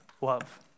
love